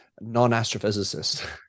non-astrophysicist